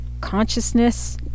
consciousness